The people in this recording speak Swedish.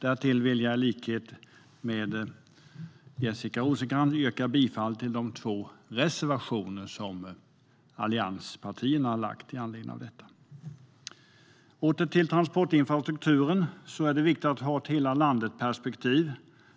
Därtill vill jag i likhet med Jessica Rosencrantz yrka bifall till de två reservationer som allianspartierna har i betänkandet med anledning av detta. Låt mig återgå till transportinfrastrukturen. Det är viktigt att ha ett hela-landet-perspektiv.